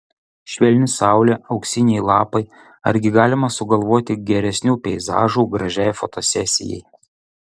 švelni saulė auksiniai lapai argi galima sugalvoti geresnių peizažų gražiai fotosesijai